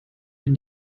hier